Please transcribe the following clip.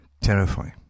terrifying